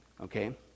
okay